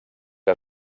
que